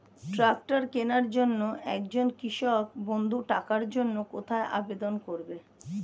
Tractor কিনার জন্য একজন কৃষক বন্ধু টাকার জন্য কোথায় আবেদন করবে?